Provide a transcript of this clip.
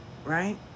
Right